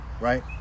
Right